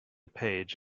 page